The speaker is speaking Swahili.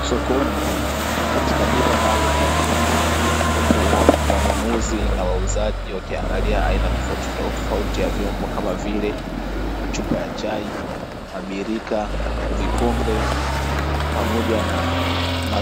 Sokoni katika duka maalumu la vyombo, huku wanunuzi na wauzaji wakiangalia aina tofautitofauti ya vyombo kama vile machupa ya chai, mabirika, vikombe, pamoja na